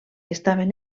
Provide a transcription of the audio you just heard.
estaven